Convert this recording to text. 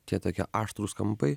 tie tokie aštrūs kampai